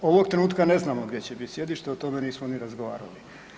Ovog trenutka ne znamo gdje će biti sjedište, o tome nismo ni razgovarali.